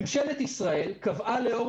ממשלת ישראל קבעה לענף החלב,